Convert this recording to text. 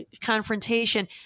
confrontation